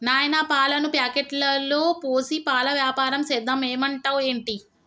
నాయనా పాలను ప్యాకెట్లలో పోసి పాల వ్యాపారం సేద్దాం ఏమంటావ్ ఏంటి